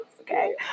Okay